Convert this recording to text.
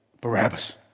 Barabbas